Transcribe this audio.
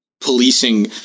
policing